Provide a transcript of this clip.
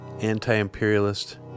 anti-imperialist